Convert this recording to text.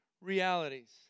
realities